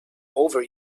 over